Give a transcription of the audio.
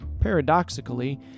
Paradoxically